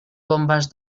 bombes